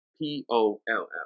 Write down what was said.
p-o-l-l